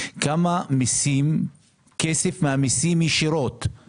כמה מסים אנחנו גובים עכשיו